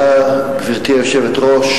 גברתי היושבת-ראש,